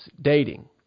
dating